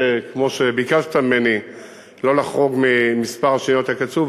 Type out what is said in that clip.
שכמו שביקשת ממני לא לחרוג ממספר השאלות הקצוב,